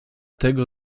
tego